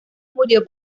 murió